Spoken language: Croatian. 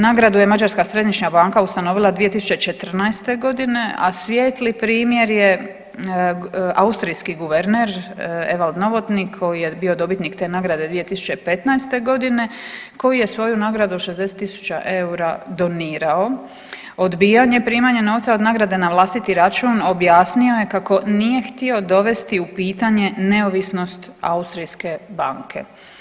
Nagradu je Mađarska središnja banka ustanovila 2014.g., a svijetli primjer je austrijski guverner Evald Novotni koji je bio dobitnik te nagrade 2015.g., koji je svoju nagradu od 60.000 eura donirao, a odbijanje primanja novca od nagrade na vlastiti račun objasnio je kako nije htio dovesti u pitanje neovisnost austrijske banke.